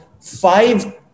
five